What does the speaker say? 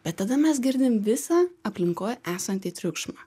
bet tada mes girdim visą aplinkoj esantį triukšmą